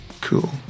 cool